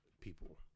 people